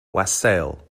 wassail